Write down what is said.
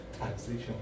taxation